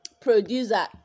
producer